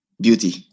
beauty